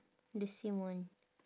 the same one